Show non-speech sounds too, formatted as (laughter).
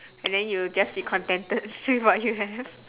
and then you'll just be contented with (laughs) what you have